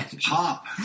pop